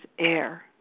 air